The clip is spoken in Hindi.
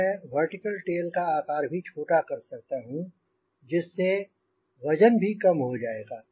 तब मैं वर्टिकल टेल का आकार भी छोटा कर सकता हूँ जिससे वजन भी कम हो जाएगा